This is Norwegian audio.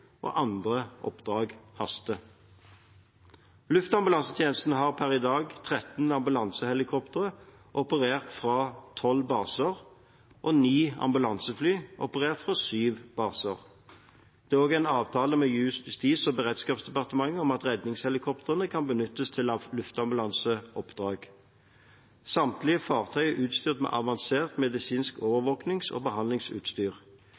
og andre oppdrag haster. Luftambulansetjenesten har per i dag 13 ambulansehelikoptre, som blir operert fra 12 baser, og 9 ambulansefly, som blir operert fra 7 baser. Det er også en avtale med Justis- og beredskapsdepartementet om at redningshelikoptrene kan benyttes til luftambulanseoppdrag. Samtlige fartøy er utstyrt med avansert medisinsk overvåknings- og behandlingsutstyr.